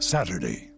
Saturday